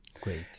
great